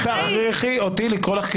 אל תכריחי אותי לקרוא אותך,